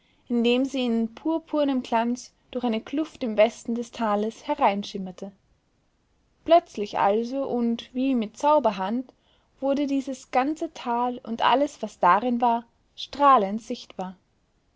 indem sie in purpurnem glanz durch eine kluft im westen des tales hereinschimmerte plötzlich also und wie mit zauberhand wurde dieses ganze tal und alles was darin war strahlend sichtbar